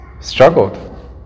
struggled